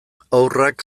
haurrak